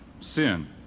sin